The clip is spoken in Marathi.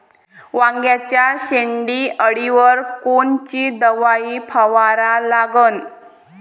वांग्याच्या शेंडी अळीवर कोनची दवाई फवारा लागन?